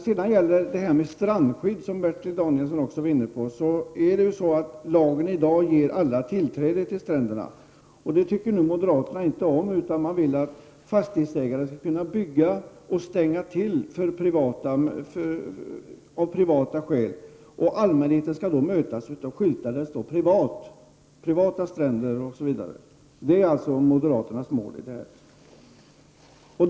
Strandskyddet, som Bertil Danielsson som också var inne på, innebär ju att lagen i dag ger alla tillträde till stränderna. Det tycker moderaterna inte om, utan de vill att fastighetsägare skall kunna bygga och stänga till, och allmänheten skall då mötas av skyltar där det står ”Privat”. Det är alltså moderaternas mål i det här sammanhanget.